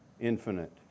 infinite